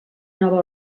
nova